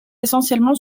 essentiellement